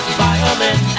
violin